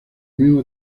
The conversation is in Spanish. mismo